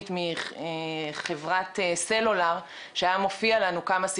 נשים איזה טלאי על טלאי על טלאי ואין מה לעשות